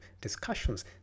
discussions